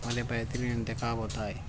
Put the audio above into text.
allopathic انتخاب ہوتا ہے